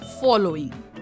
following